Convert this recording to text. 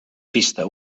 pista